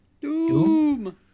Doom